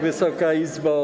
Wysoka Izbo!